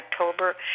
October